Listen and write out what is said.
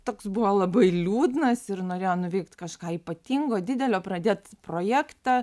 toks buvo labai liūdnas ir norėjo nuveikt kažką ypatingo didelio pradėt projektą